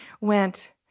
went